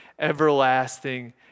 everlasting